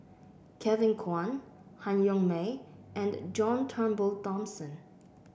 Kevin Kwan Han Yong May and John Turnbull Thomson